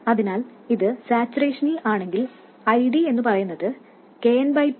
അതിനാൽ ഇത് സാച്ചുറേഷനിൽ ആണെങ്കിൽ ID എന്നുപറയുന്നത് kn22